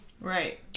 Right